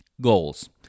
goals